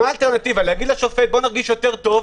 מה האלטרנטיבה להגיד לשופט: תגיש יותר טוב,